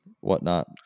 whatnot